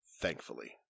Thankfully